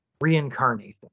reincarnation